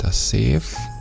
ah safe